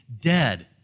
dead